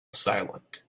silent